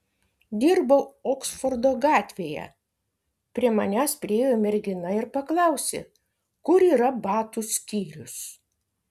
dirbau oksfordo gatvėje prie manęs priėjo mergina ir paklausė kur yra batų skyrius